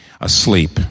asleep